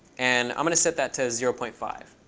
and i'm going to set that to zero point five.